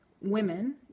women